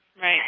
Right